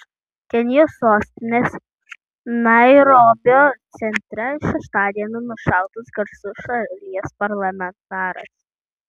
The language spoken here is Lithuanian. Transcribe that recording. kenijos sostinės nairobio centre šeštadienį nušautas garsus šalies parlamentaras